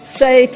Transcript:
say